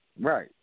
Right